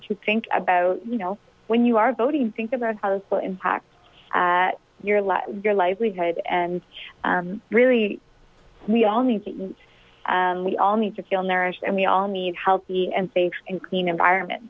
to think about you know when you are voting think about how this will impact at your life your livelihood and really we all need to eat and we all need to feel nourished and we all need healthy and safe and clean environment